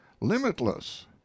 limitless